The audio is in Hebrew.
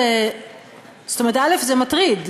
מטריד.